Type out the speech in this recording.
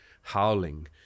howling